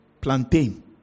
plantain